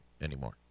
anymore